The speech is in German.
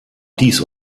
dies